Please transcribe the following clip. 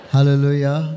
Hallelujah